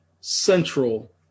central